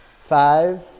Five